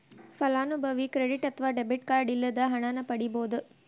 ಫಲಾನುಭವಿ ಕ್ರೆಡಿಟ್ ಅತ್ವ debit card ಇಲ್ಲದ ಹಣನ ಪಡಿಬೋದ್